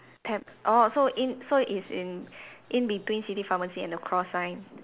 tab~ orh so in so it's in in between city pharmacy and the cross sign